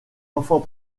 enfant